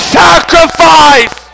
sacrifice